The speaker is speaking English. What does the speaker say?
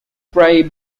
gray